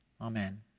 Amen